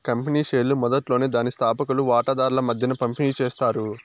company షేర్లు మొదట్లోనే దాని స్తాపకులు వాటాదార్ల మద్దేన పంపిణీ చేస్తారు